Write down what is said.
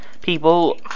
people